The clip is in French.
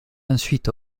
ensuite